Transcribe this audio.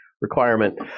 requirement